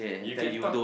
you can talk